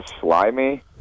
slimy